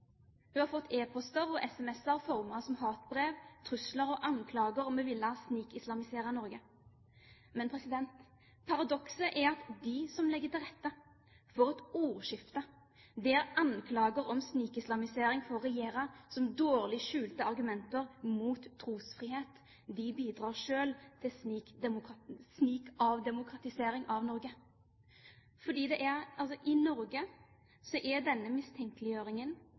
Hun har fått e-post og sms-meldinger formet som hatbrev, trusler og anklager om at hun vil snikislamisere Norge. Men paradokset er at de som legger til rette for et ordskifte der anklager om snikislamisering får regjere som dårlig skjulte argumenter mot trosfrihet, bidrar selv til snikavdemokratisering av Norge. I Norge